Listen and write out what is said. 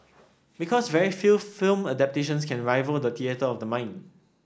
because very few film adaptations can rival the theatre of the mind